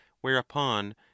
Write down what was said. whereupon